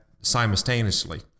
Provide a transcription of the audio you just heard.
simultaneously